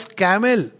camel